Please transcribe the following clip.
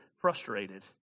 frustrated